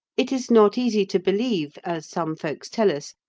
it is not easy to believe, as some folks tell us,